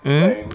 hmm